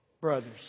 brothers